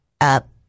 up